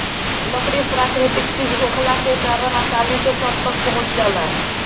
लकड़ी प्राकृतिक चीज होखला के कारण आसानी से सब तक पहुँच जाला